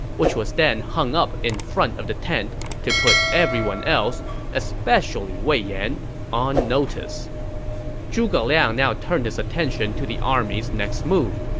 which was then hung up in front of the tent to put everyone else especially wei yan on notice zhuge liang now turned his attention to the army's next move.